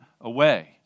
away